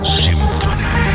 symphony